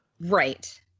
Right